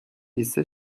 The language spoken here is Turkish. ise